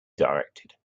directed